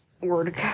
word